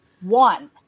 one